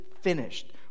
finished